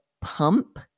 pump